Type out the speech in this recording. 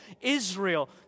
Israel